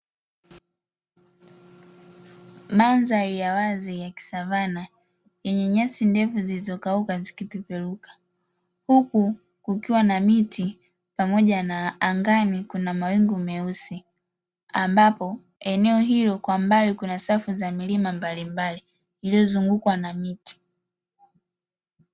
Mandhari ya wazi ya kisavana yenye nyasi ndefu zilizokauka zikipeperuka, huku kukiwa na miti. Pamoja na angani kuna mawingu meusi ambapo eneo hilo kwa mbali kuna safu za milima mbalimbali iliyozungukwa na miti.